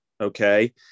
okay